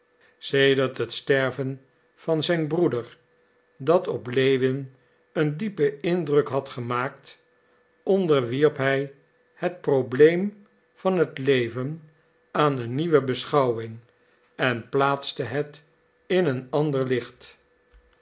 sedert het sterven van zijn broeder dat op lewin een diepen indruk had gemaakt onderwierp hij het probleem van het leven aan een nieuwe beschouwing en plaatste het in een ander licht